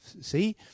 see